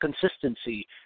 consistency